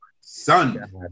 Son